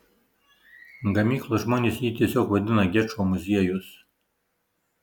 gamyklos žmonės jį tiesiog vadina gečo muziejus